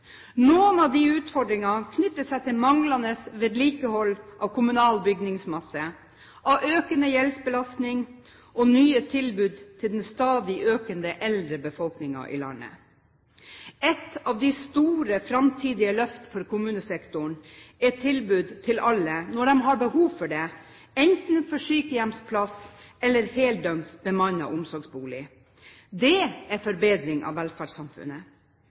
Noen av de utfordringene knytter seg til manglende vedlikehold av kommunal bygningsmasse, til økende gjeldsbelastning og nye tilbud til den stadig økende eldre befolkningen i landet. Ett av de store, framtidige løftene for kommunesektoren er tilbud til alle når de har behov for det, enten sykehjemsplass eller heldøgns bemannet omsorgsbolig. Det er en forbedring av velferdssamfunnet.